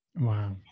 Wow